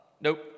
Nope